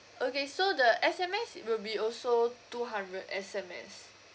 okay so the S_M_S will be also two hundred S_M_S